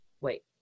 wait